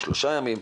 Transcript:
3 ימים,